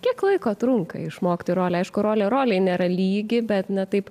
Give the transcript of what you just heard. kiek laiko trunka išmokti rolę aišku rolė rolei nėra lygi bet na taip